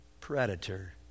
predator